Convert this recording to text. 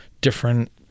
different